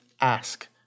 ask